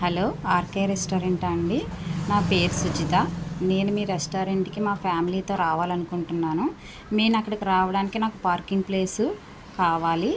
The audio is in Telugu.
ఆర్కే రెస్టారెంటా అండి నా పేరు సుజిత నేను మీ రెస్టారెంట్కి మా ఫ్యామిలీతో రావాలనుకుంటున్నాను నేను అక్కడికి రావడానికి నాకు పార్కింగ్ ప్లేస్ కావాలి